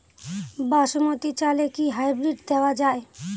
বাসমতী চালে কি হাইব্রিড দেওয়া য়ায়?